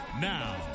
Now